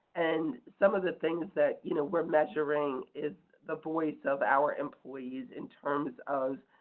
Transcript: and some of the things that you know we're measuring is the voice of our employees in terms of